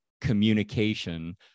communication